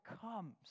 comes